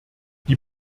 die